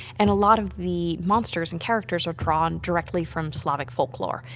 and a lot of the monsters and characters are drawn directly from slavic folklore,